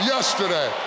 Yesterday